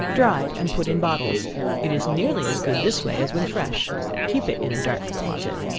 dried, and put in bottles it is nearly as good this way as when fresh keep it in a dark closet.